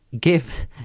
give